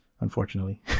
unfortunately